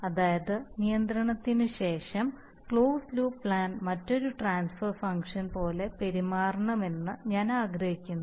അതായത് നിയന്ത്രണത്തിനുശേഷം closed loop plant മറ്റൊരു ട്രാൻസ്ഫർ ഫംഗ്ഷൻ പോലെ പെരുമാറണമെന്ന് ഞാൻ ആഗ്രഹിക്കുന്നു